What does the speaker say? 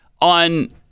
on